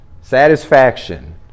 satisfaction